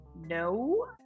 No